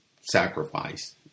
sacrifice